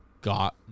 got